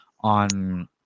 on